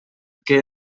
què